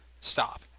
Stop